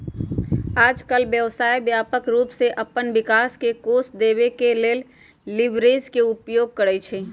याजकाल व्यवसाय व्यापक रूप से अप्पन विकास के कोष देबे के लेल लिवरेज के उपयोग करइ छइ